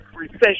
recession